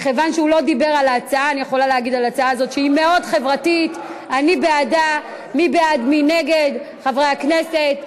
לא התעלמתי מהתקנון, הבאתי חומרי עזר.